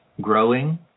growing